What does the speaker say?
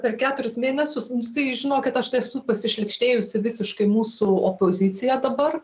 per keturis mėnesius nu tai žinokit aš esu pasišlykštėjusi visiškai mūsų opozicija dabar